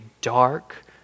dark